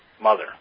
mother